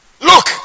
Look